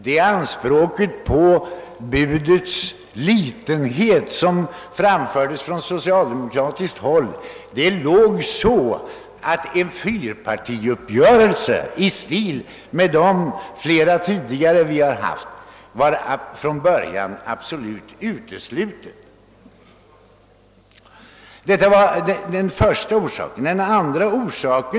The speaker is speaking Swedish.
Det anspråk som framfördes från socialdemokratiskt håll var också sådant att en fyrpartiuppgörelse i stil med de tidigare från början var absolut utesluten. Detta var den ena orsaken till att förhandlingarna strandade.